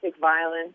violence